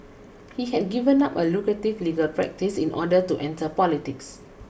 he had given up a lucrative legal practice in order to enter politics